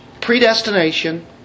predestination